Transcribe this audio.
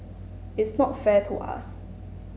it's not fair to us